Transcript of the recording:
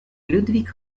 ludwig